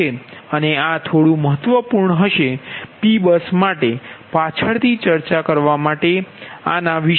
અને આ થોડું મહત્વપૂર્ણ હશે P બસ માટે પાછળથી ચર્ચા કરવા માટે આના વિશે